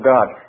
God